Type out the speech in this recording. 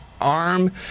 arm